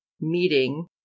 meeting